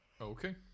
Okay